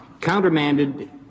countermanded